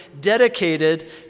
dedicated